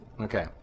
Okay